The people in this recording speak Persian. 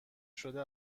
شده